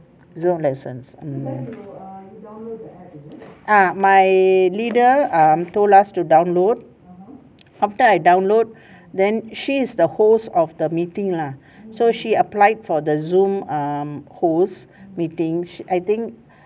zoom lessons ah my leader um told us to download after I download then she is the host of the meeting lah so she applied for the zoom um host meeting I think